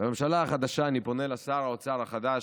בממשלה החדשה אני פונה לשר החדש,